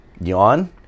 Yawn